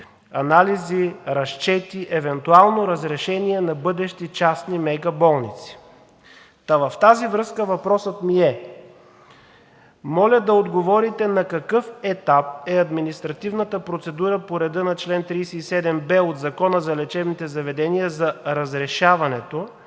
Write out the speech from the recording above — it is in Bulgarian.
анализи, разчети, евентуално разрешения на бъдещи частни мега болници. В тази връзка моля да отговорите на какъв етап е административната процедура по реда на чл. 37б от Закона за лечебните заведения за разрешаването